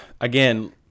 Again